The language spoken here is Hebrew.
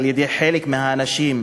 על-ידי חלק מהאנשים,